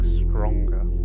stronger